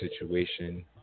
situation